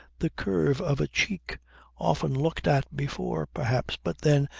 the curve of a cheek often looked at before, perhaps, but then,